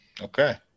Okay